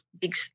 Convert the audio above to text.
big